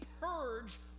purge